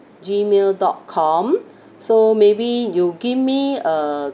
gmail dot com so maybe you give me a